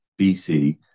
BC